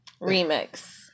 remix